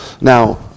Now